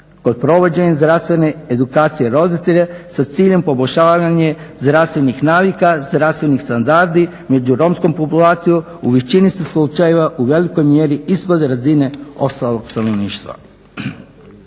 kod provođenja zdravstvene edukacije roditelja sa ciljem poboljšavanja zdravstvenih navika, zdravstvenih standarda među Romskom populacijom u većini se slučajeva u velikoj mjeri ispod razine ostalog stanovništva.